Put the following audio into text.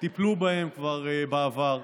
טיפלו כבר בעבר.